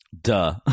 duh